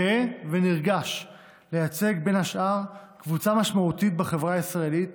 גאה ונרגש לייצג בין השאר קבוצה משמעותית בחברה הישראלית